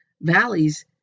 Valleys